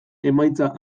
emaitza